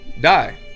die